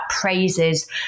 praises